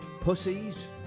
pussies